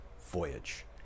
voyage